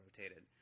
rotated